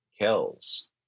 Kells